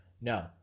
No